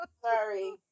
Sorry